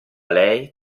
lei